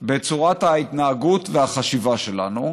בצורת ההתנהגות והחשיבה שלנו,